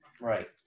right